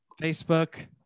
facebook